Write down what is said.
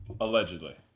Allegedly